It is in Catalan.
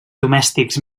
domèstics